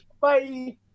Bye